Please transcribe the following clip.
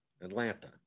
Atlanta